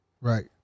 right